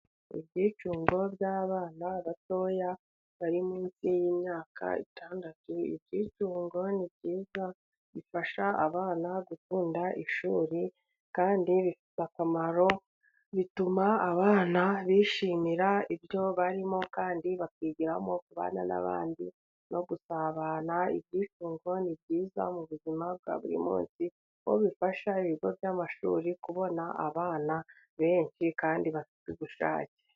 Ibyicungo by'abana batoya bari munsi y'imyaka itandatu, ibyicungo ni byiza bifasha abana gukunda ishuri, kandi bifite akamaro; bituma abana bishimira ibyo barimo, kandi bakigiramo kubana n'abandi no gusabana. Ibyicungo ni byiza mu buzima bwa buri munsi kuko bifasha ibigo by'amashuri kubona abana benshi kandi bafite ubushake.